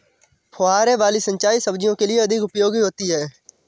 फुहारे वाली सिंचाई सब्जियों के लिए अधिक उपयोगी होती है?